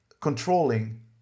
controlling